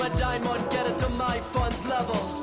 ah to my funds level